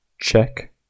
Check